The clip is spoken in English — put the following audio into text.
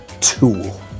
tool